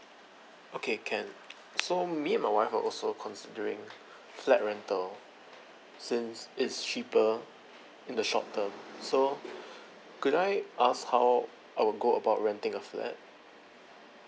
okay can so me and my wife were also considering flat rental since it's cheaper in the short terrm so could I ask how I will go about renting a flat